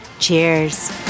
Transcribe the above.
Cheers